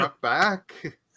back